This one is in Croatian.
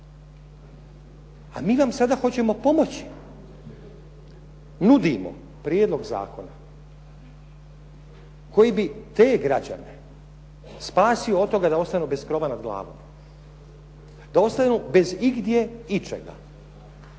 A mi vam sada hoćemo pomoći. Nudimo prijedlog zakona koji bi te građane spasio od toga da ostanu bez krova nad glavom, da ostanu bez igdje ičega,